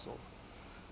so